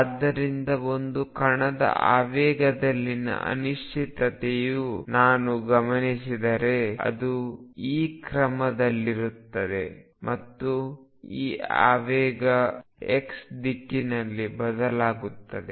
ಆದ್ದರಿಂದ ಒಂದು ಕಣದ ಆವೇಗದಲ್ಲಿನ ಅನಿಶ್ಚಿತತೆಯು ನಾನು ಗಮನಿಸಿದರೆ ಅದು ಈ ಕ್ರಮದಲ್ಲಿರುತ್ತದೆ ಮತ್ತು ಈ ಆವೇಗ x ದಿಕ್ಕಿನಲ್ಲಿ ಬದಲಾಗುತ್ತದೆ